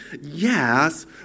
Yes